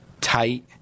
tight